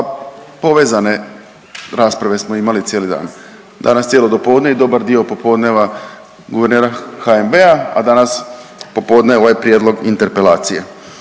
povezane rasprave smo imali cijeli dan, danas cijelo dopodne i dobar dio popodneva guvernera HNB-a, a danas popodne ovaj prijedlog interpelacije.